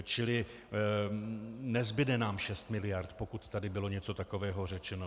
Čili nezbude nám šest miliard, pokud tady bylo něco takového řečeno.